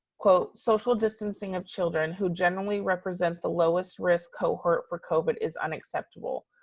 quote, social distancing of children who generally represent the lowest risk cohort for covid is unacceptable.